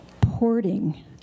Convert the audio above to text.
porting